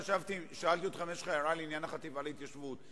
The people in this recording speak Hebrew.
שאלתי אם יש לך הערה לעניין החטיבה להתיישבות.